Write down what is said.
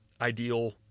ideal